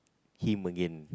him again